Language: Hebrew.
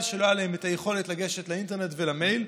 שלא הייתה להם יכולת לגשת לאינטרנט ולמייל,